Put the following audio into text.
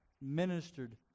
ministered